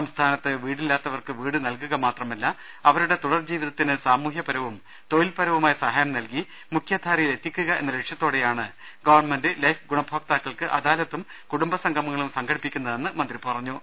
സംസ്ഥാനത്ത് വീടില്ലാത്തവർക്ക് വ്വീട് നൽകുക മാത്ര മല്ല അവരുടെ തുടർ ജീവിതത്തിന് സാമൂഹ്യപ്രവും തൊഴിൽപരവുമായ സഹായം നൽകി മുഖ്യധാരയിൽ എത്തിക്കുക എന്ന ലക്ഷ്യത്തോടെയാണ് ഗവൺമെന്റ് ലൈഫ് ഗുണഭോക്താക്കൾക്ക് അദാലത്തും കുടുംബസംഗമ ങ്ങളും സംഘടിപ്പിക്കുന്നതെന്ന് മന്ത്രി പറഞ്ഞു